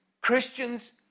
Christians